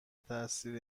تاثیر